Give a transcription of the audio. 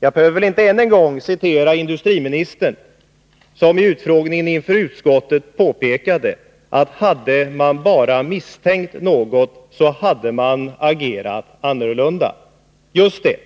Jag behöver väl inte än en gång citera industriministern, som i utfrågningen inför utskottet påpekade, att hade man bara misstänkt något så hade man agerat annorlunda. Just det!